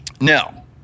Now